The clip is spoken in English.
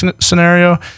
scenario